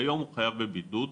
כיום הוא חייב בבידוד,